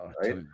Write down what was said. right